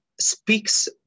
speaks